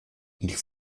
ils